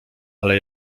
ale